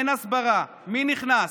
אין הסברה: מי נכנס?